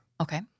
Okay